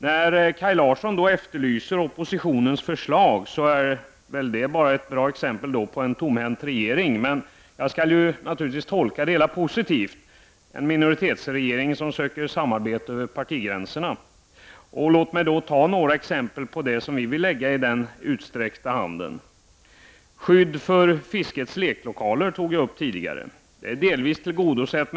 När Kaj Larsson efterlyser oppositionens förslag är detta ett bra exempel på att regeringen står tomhänt. Men jag skall naturligtvis tolka det hela positivt. Det är fråga om en minoritetsregering som söker samarbete över partigränserna. Låt mig då ta några exempel på det som vi vill lägga i den utsträckta handen. Jag tog tidigare upp frågan om skydd för fiskens leklokaler. Den frågan är delvis tillgodosedd.